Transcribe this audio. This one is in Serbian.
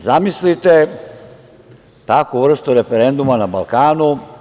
Zamislite takvu vrstu referenduma na Balkanu.